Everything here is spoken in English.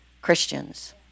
Christians